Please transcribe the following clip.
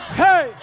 hey